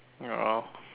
you know